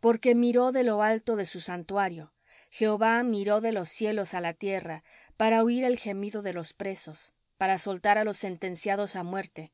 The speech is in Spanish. porque miró de lo alto de su santuario jehová miró de los cielos á la tierra para oir el gemido de los presos para soltar á los sentenciados á muerte